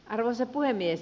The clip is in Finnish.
arvoisa puhemies